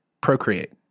procreate